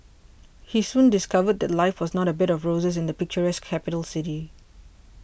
he soon discovered that life was not a bed of roses in the picturesque capital city